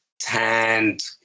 tanned